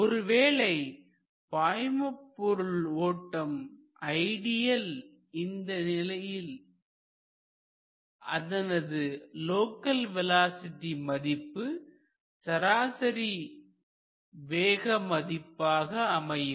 ஒருவேளை பாய்மபொருள் ஓட்டம் ஐடியல் இந்த நிலையில் அதனது லோக்கல் வேலோஸிட்டி மதிப்பு சராசரி வேக மதிப்பாக அமையும்